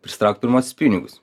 prisitraukt pirmuosius pinigus